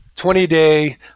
20-day